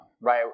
Right